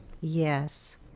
Yes